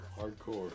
hardcore